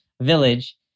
village